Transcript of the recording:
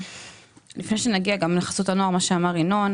לפני שנגיע לחסות הנוער ומה שאמר ינון,